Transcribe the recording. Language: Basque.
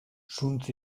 zuntz